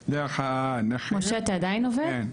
משה, אתה עדיין עובד?